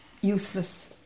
useless